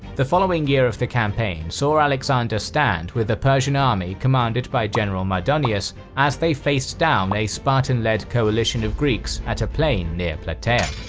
the following year of the campaign saw alexander stand with a persian army commanded by general mardonius as they faced down a spartan-led coalition of greeks at a plain near plataea.